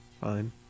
Fine